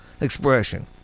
expression